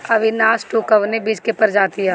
अविनाश टू कवने बीज क प्रजाति ह?